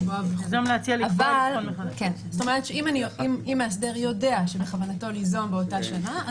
לקבוע - אם מאסדר יודע שבכוונתו ליזום באותה שנה,